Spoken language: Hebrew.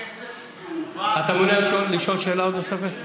הכסף יועבר, אתה מעוניין לשאול שאלה נוספת?